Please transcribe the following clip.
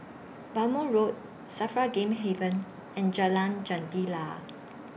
Bhamo Road SAFRA Game Haven and Jalan Jendela